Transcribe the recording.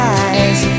eyes